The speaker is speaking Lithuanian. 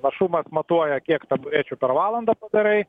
našumas matuoja kiek taburečių per valandą padarai